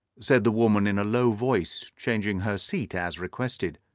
said the woman in a low voice, changing her seat as requested.